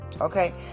Okay